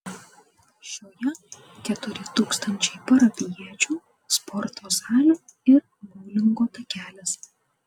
šioje keturi tūkstančiai parapijiečių sporto salė ir boulingo takelis